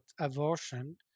abortion